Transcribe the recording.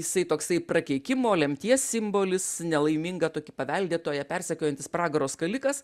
jisai toksai prakeikimo lemties simbolis nelaimingą tokį paveldėtoją persekiojantis pragaro skalikas